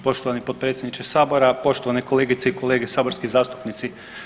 Poštovani potpredsjedniče Sabora, poštovane kolegice i kolege saborski zastupnici.